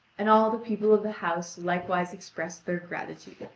and all the people of the house likewise expressed their gratitude.